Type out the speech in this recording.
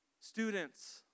Students